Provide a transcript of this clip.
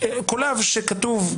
קולב שכתוב: